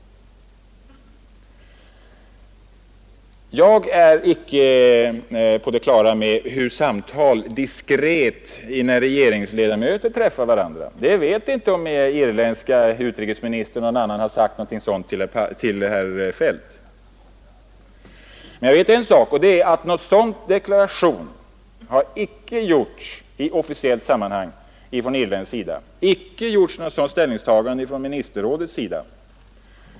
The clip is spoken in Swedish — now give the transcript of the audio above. Jag är icke informerad om de diskreta samtalen när regeringsrepresentanter träffar varandra. Jag vet inte om irländske utrikesministern eller någon annan sagt något sådant till herr Feldt. Men jag vet en sak, nämligen att någon sådan deklaration icke har gjorts i officiellt sammanhang från irländsk sida eller av ministerrådet.